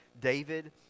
David